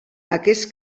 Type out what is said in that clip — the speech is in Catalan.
aquests